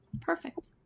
Perfect